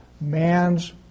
Man's